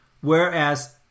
Whereas